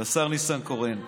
לשר ניסנקורן.